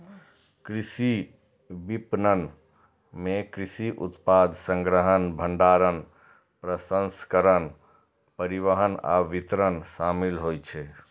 कृषि विपणन मे कृषि उत्पाद संग्रहण, भंडारण, प्रसंस्करण, परिवहन आ वितरण शामिल होइ छै